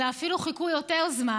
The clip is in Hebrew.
אלא אפילו חיכו יותר זמן.